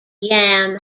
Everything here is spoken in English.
yam